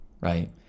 right